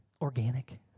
Organic